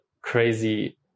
crazy